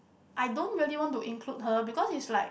I don't really want to include her because is like